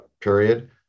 period